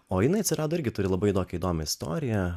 o jinai atsirado irgi turi labai tokią įdomią istoriją